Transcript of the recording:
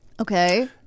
Okay